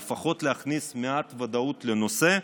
לפחות להכניס מעט ודאות לנושא,